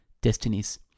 destinies